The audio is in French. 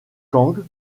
kang